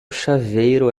chaveiro